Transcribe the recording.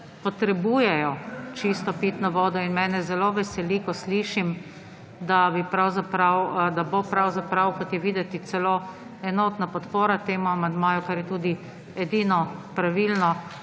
potrebujejo čisto pitno vodo. In mene zelo veseli, ko slišim, da bo pravzaprav, kot je videti, celo enotna podpora temu amandmaju, kar je tudi edino pravilni.